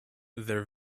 their